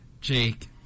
Jake